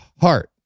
heart